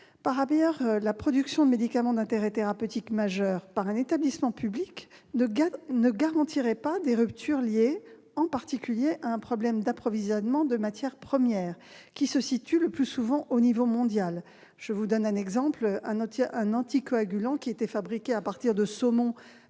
Par ailleurs, la production de médicaments d'intérêt thérapeutique majeur par un établissement public ne garantirait pas des ruptures liées en particulier à un problème d'approvisionnement en matières premières qui se situe le plus souvent à l'échelon mondial. Ainsi, un anticoagulant est fabriqué à partir de saumons